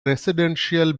residential